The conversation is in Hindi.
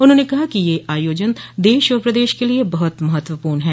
उन्होंने कहा कि यह आयोजन देश और प्रदेश के लिये बहुत महत्वपूर्ण है